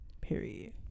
Period